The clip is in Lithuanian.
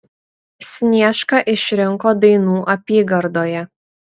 sniešką išrinko dainų apygardoje